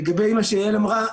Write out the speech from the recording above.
לגבי מה שיעל אמרה,